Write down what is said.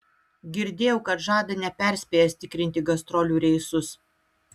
girdėjau kad žada neperspėjęs tikrinti gastrolių reisus